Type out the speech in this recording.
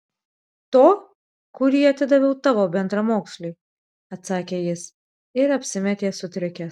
to kurį atidaviau tavo bendramoksliui atsakė jis ir apsimetė sutrikęs